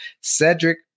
Cedric